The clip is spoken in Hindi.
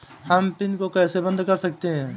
हम पिन को कैसे बंद कर सकते हैं?